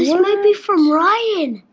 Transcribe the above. yeah might be from ryan,